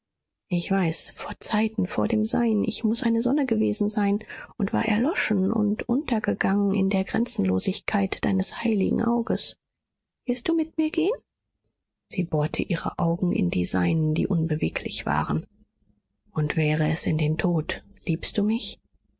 ich weiß vorzeiten vor dem sein ich muß eine sonne gewesen sein und war erloschen und untergegangen in der grenzenlosigkeit deines heiligen auges wirst du mit mir gehen sie bohrte ihre augen in die seinen die unbeweglich waren und wäre es in den tod liebst du mich